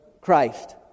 Christ